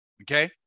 Okay